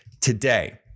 today